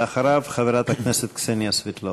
ואחריו, חברת הכנסת קסניה סבטלובה.